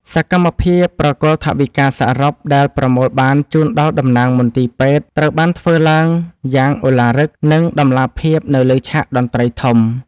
សកម្មភាពប្រគល់ថវិកាសរុបដែលប្រមូលបានជូនដល់តំណាងមន្ទីរពេទ្យ ត្រូវបានធ្វើឡើងយ៉ាងឱឡារិក និងតម្លាភាពនៅលើឆាកតន្ត្រីធំ។